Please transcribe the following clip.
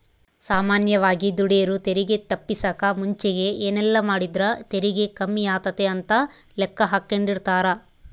ಸಾಮಾನ್ಯವಾಗಿ ದುಡೆರು ತೆರಿಗೆ ತಪ್ಪಿಸಕ ಮುಂಚೆಗೆ ಏನೆಲ್ಲಾಮಾಡಿದ್ರ ತೆರಿಗೆ ಕಮ್ಮಿಯಾತತೆ ಅಂತ ಲೆಕ್ಕಾಹಾಕೆಂಡಿರ್ತಾರ